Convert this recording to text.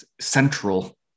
central